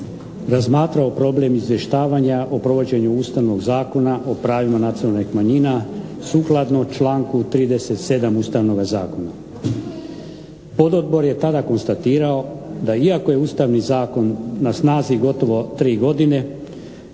razmatrao problem izvještavanja o provođenju Ustavnog zakona o pravima nacionalnih manjina sukladno članku 37. Ustavnoga zakona. Pododbor je tada konstatirao da iako je Ustavni zakon na snazi gotovo 3 godine,